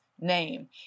name